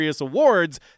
awards